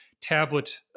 tablet